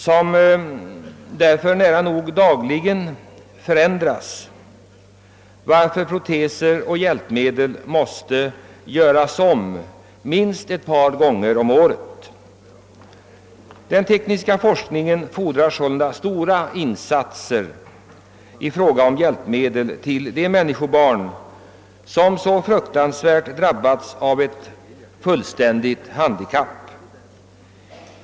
De förändras nära nog dagligen, varför proteser och dylika hjälpmedel måste göras om minst ett par gånger om året. Stora insatser krävs sålunda av den tekniska forskningen för att få fram hjälpmedel till de människobarn som drabbats så fruktansvärt av ett fullständigt handikapp.